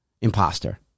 Imposter